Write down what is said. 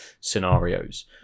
scenarios